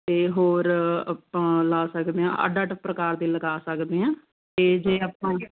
ਅਤੇ ਹੋਰ ਆਪਾਂ ਲਾ ਸਕਦੇ ਹਾਂ ਅੱਡ ਅੱਡ ਪ੍ਰਕਾਰ ਦੇ ਲਗਾ ਸਕਦੇ ਹਾਂ ਅਤੇ ਜੇ ਆਪਾਂ